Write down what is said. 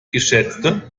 geschätzte